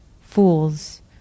fools